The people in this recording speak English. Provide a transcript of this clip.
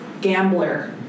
gambler